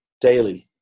daily